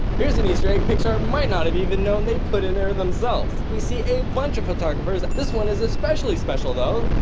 here's an easter egg pixar might not of even known they put in there themselves we see a bunch of photographers this one is especially special though.